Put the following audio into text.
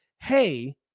Hey